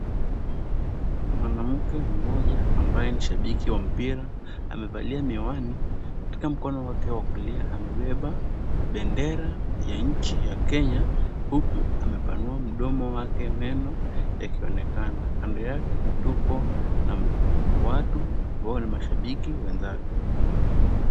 Mwanamke mmoja ambaye ni shabiki wa mpira amevalia miwani. Katika mkono wake wa kulia amebeba bendera ya nchi ya Kenya huku amepanua mdomo wake meno yakionekana. Kando yake tuko na watu ambao ni mashabiki wenzake.